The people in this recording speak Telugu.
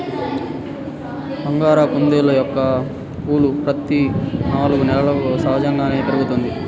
అంగోరా కుందేళ్ళ యొక్క ఊలు ప్రతి నాలుగు నెలలకు సహజంగానే పెరుగుతుంది